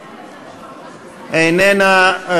איננה.